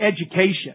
education